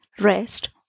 Rest